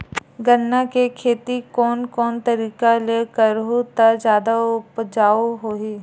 गन्ना के खेती कोन कोन तरीका ले करहु त जादा उपजाऊ होही?